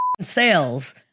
sales